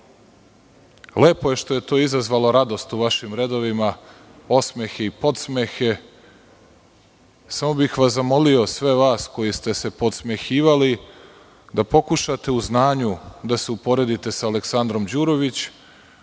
lepo je što je to izazvalo radost u vašim redovima, osmehe i podsmehe, samo bih vas zamolio, sve vas koji ste se podsmehivali, da pokušate u znanju da se uporedite sa Aleksandrom Đurović,